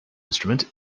instrument